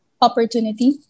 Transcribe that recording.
opportunity